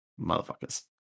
Motherfuckers